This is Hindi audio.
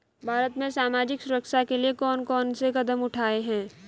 भारत में सामाजिक सुरक्षा के लिए कौन कौन से कदम उठाये हैं?